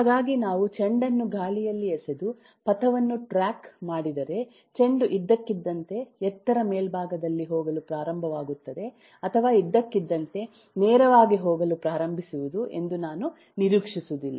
ಹಾಗಾಗಿ ನಾವು ಚೆಂಡನ್ನು ಗಾಳಿಯಲ್ಲಿ ಎಸೆದು ಪಥವನ್ನು ಟ್ರ್ಯಾಕ್ ಮಾಡಿದರೆ ಚೆಂಡು ಇದ್ದಕ್ಕಿದ್ದಂತೆ ಎತ್ತರದ ಮೇಲ್ಭಾಗದಲ್ಲಿ ಹೋಗಲು ಪ್ರಾರಂಭವಾಗುತ್ತದೆ ಅಥವಾ ಇದ್ದಕ್ಕಿದ್ದಂತೆ ನೇರವಾಗಿ ಹೋಗಲು ಪ್ರಾರಂಭಿಸುವುದು ಎಂದು ನಾನು ನಿರೀಕ್ಷಿಸುವುದಿಲ್ಲ